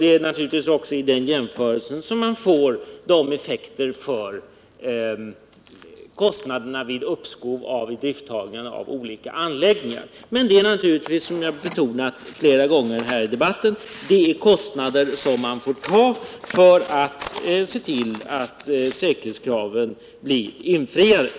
Det är naturligtvis också i den jämförelsen som man får effekter på kostnaderna vid uppskov och idrifttagande av olika anläggningar. Men som jag betonat flera gånger i den här debatten är det kostnader som man naturligtvis får ta för att man skall kunna se till att säkerhetskraven blir infriade.